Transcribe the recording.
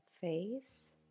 face